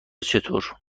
چطور